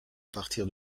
partir